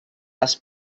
les